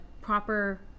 proper